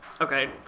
Okay